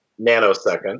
nanosecond